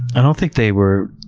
i don't think they were,